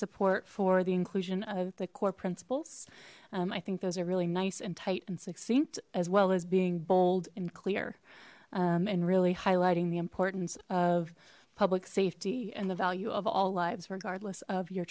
support for the inclusion of the core principles i think those are really nice and tight and succeed as well as being bold and clear and really highlighting the importance of public safety and the value of all lives regardless of your